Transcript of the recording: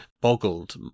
boggled